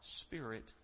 spirit